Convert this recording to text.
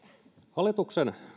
hallituksen